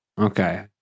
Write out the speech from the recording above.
Okay